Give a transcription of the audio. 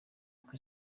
uko